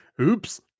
Oops